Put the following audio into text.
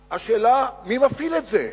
השאלה, מי מפעיל את זה.